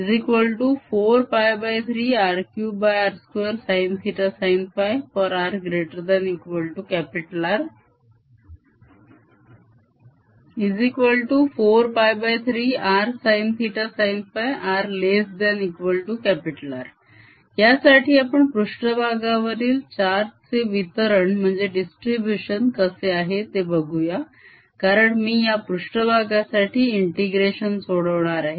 sinsinϕ।r R।ds 4π3R3r2sinθsinϕ r≥R 4π3rsinθsinϕ r≤R यासाठी आपण पृष्ठभागावरील charge चे वितरण कसें आहे ते बघूया कारण मी या पृष्ठभागासाठी integration सोडवणार आहे